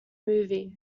movie